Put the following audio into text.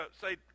say